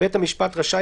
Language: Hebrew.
בית המשפט רשאי,